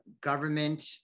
government